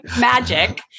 magic